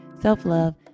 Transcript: self-love